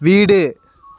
வீடு